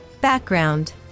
Background